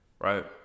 right